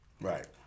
Right